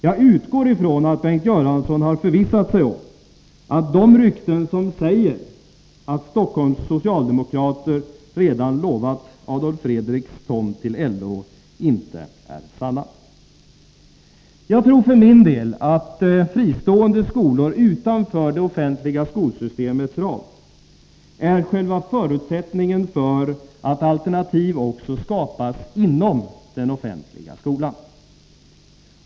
Jag utgår ifrån att Bengt Göransson har förvissat sig om att de rykten som säger att Stockholms socialdemokrater redan lovat Adolf Fredriks tomt till LO inte är sanna. Jag tror för min del att fristående skolor utanför det offentliga skolsystemets ram är själva förutsättningen för att alternativ också skapas inom den offentliga skolan.